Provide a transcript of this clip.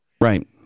Right